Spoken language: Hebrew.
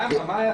למה?